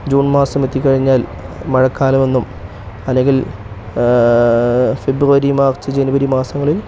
June മാസം എത്തിക്കഴിഞ്ഞാൽ മഴക്കാലമെന്നും അല്ലെങ്കിൽ ഫെബ്രുവരി മാർച്ച് ജെനുവരി മാസങ്ങളിൽ